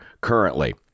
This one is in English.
currently